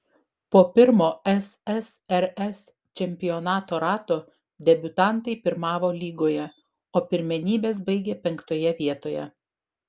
po pirmo ssrs čempionato rato debiutantai pirmavo lygoje o pirmenybes baigė penktoje vietoje